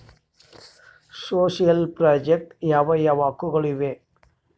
Social project ಯಾವ ಯಾವ ಹಕ್ಕುಗಳು ಇವೆ?